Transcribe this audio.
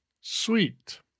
Sweet